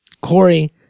Corey